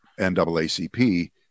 NAACP